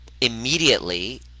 immediately